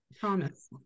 Promise